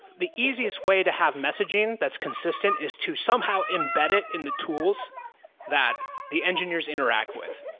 the easiest way to have messaging that's consistent is to somehow embed it in the tools that the engineers interact with.